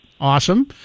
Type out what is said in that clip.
awesome